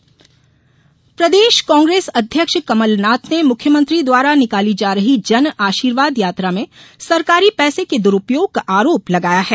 कांग्रेस आरोप प्रदेश कांग्रेस अध्यक्ष कमलनाथ ने मुख्यमंत्री द्वारा निकाली जा रही जन आशीर्वाद यात्रा में सरकारी पैसे के दुरूपयोग का आरोप लगाया है